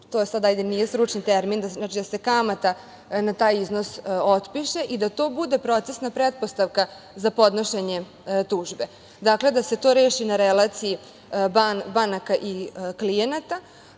to sad nije stručni termin, da se kamata na taj iznos otpiše, i da to bude procesna pretpostavka za podnošenje tužbe. Dakle, da se to reši na relaciji banaka i klijenata,